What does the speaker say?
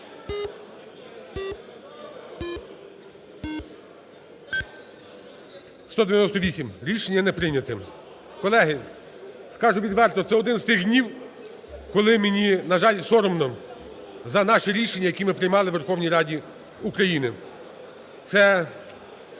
За-198 Рішення не прийнято. Колеги, скажу відверто, це один з тих днів, коли мені, на жаль, соромно за наші рішення, які ми приймали у Верховній Раді України. Це